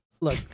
Look